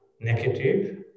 negative